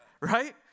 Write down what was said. right